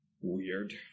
weird